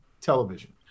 television